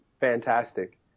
fantastic